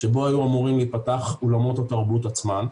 שבו היו אמורים להיפתח אולמות התרבות עצמם,